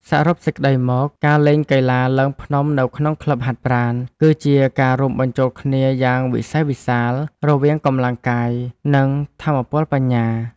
សរុបសេចក្ដីមក ការលេងកីឡាឡើងភ្នំនៅក្នុងក្លឹបហាត់ប្រាណ គឺជាការរួមបញ្ចូលគ្នាយ៉ាងវិសេសវិសាលរវាង កម្លាំងកាយ និងថាមពលបញ្ញា។